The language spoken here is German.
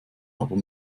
aber